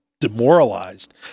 demoralized